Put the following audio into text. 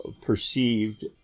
perceived